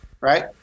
right